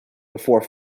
before